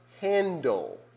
handle